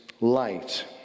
light